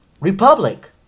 Republic